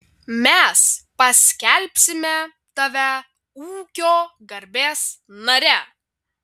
mes paskelbsime tave ūkio garbės nare